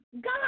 God